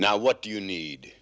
now what do you need